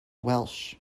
welsh